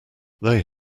they